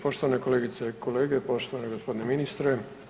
Poštovane kolegice i kolege, poštovani gospodine ministre.